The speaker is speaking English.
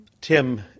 Tim